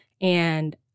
And-